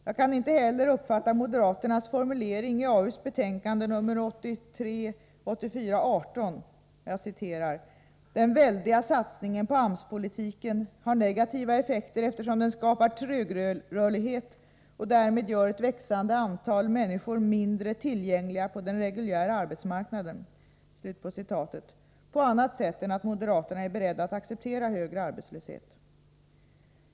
Jag kan heller inte uppfatta moderaternas formulering i AU:s betänkande 1983/84:18 —- ”Den väldiga satsningen på AMS-politiken har negativa effekter eftersom den skapar trögrörlighet och därmed gör ett växande antal människor mindre tillgängliga på den reguljära arbetsmarknaden” — på annat sätt än att moderaterna är beredda att acceptera högre arbetslöshet.